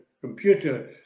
computer